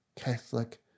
catholic